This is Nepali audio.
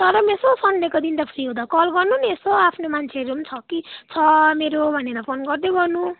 तर पनि यसो सन्डेको दिन त फ्री हुँदा कल गर्नु नि यसो आफ्नो मान्छेहरू पनि छ कि छ मेरो भनेर फोन गर्दै गर्नु